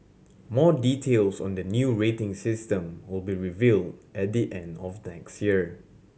more details on the new rating system will be revealed at the end of next year